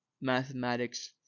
mathematics